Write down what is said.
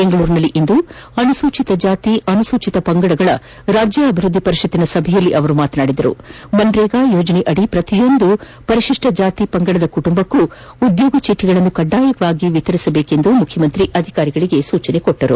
ಬೆಂಗಳೂರಿನಲ್ಲಿಂದು ಅನುಸೂಚಿತ ಜಾತಿ ಅನುಸೂಚಿತ ಪಂಗಡಗಳ ರಾಜ್ಯ ಅಭಿವೃದ್ದಿ ಪರಿಷತ್ತಿನ್ತ ಸಭೆಯಲ್ಲಿ ಮಾತನಾಡಿದ ಅವರು ಮನರೇಗಾ ಯೋಜನೆಯಡಿ ಪ್ರತಿಯೊಂದು ಪರಿಶಿಷ್ಟ ಜಾತಿ ಪಂಗಡದ ಕುಟುಂಬಕ್ಕೆ ಉದ್ಯೋಗ ಚೀಟಿಗಳನ್ನು ಕಡ್ಡಾಯವಾಗಿ ವಿತರಿಸಬೇಕು ಎಂದು ಅಧಿಕಾರಿಗಳಿಗೆ ಸೂಚಿಸಿದರು